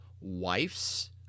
wife's